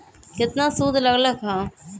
केतना सूद लग लक ह?